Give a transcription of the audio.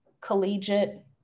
collegiate